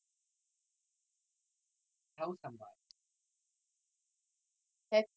tau sambal in english is um